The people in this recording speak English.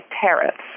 tariffs